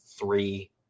three